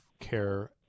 care